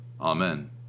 amen